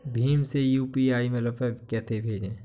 भीम से यू.पी.आई में रूपए कैसे भेजें?